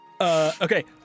Okay